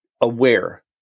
aware